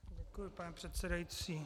Děkuji, pane předsedající.